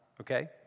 Okay